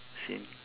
same